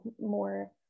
more